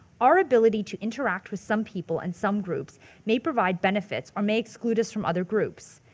our ability to interact with some people and some groups may provide benefits or may exclude us from other groups.